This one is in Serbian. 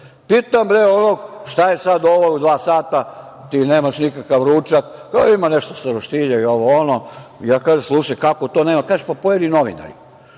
Pitam bre onog šta je sad ovo u dva sata ti nemaš nikakav ručak? Kao, ima nešto sa roštilja, ovo-ono. Ja kažem, slušaj, kako to nema? Kaže, pojeli novinari.